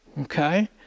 okay